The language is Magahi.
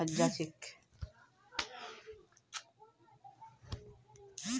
अर्थशास्त्रतेर कीमत हर एक चीजत लागू कराल जा छेक